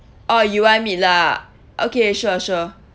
orh you want meat lah okay sure sure